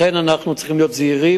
לכן אנחנו צריכים להיות זהירים.